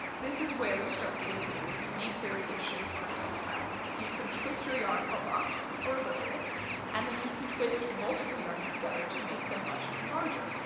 this is where we start getting very unique variations on our textiles. you can twist your yarn a lot or a little bit and then you can twist multiple yarns together to make them much larger.